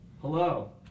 Hello